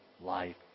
life